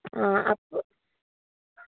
ആ അപ്പോൾ